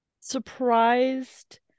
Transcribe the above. surprised